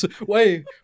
Wait